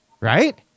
Right